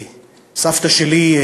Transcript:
סבתא שלי,